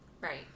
Right